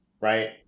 Right